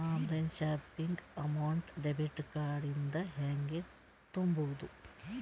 Online shopping amount debit card ಇಂದ ಹೆಂಗ್ ತುಂಬೊದು?